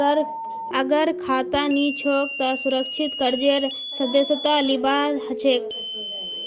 अगर खाता नी छोक त सुरक्षित कर्जेर सदस्यता लिबा हछेक